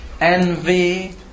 envy